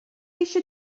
eisiau